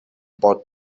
both